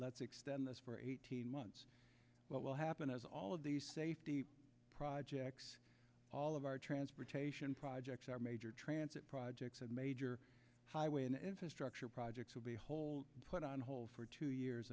let's extend this for eighteen months what will happen is all of the safety projects all of our transportation projects our major transit projects and major highway and infrastructure projects will be hold put on hold for two years